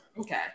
Okay